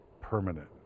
permanent